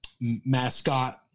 mascot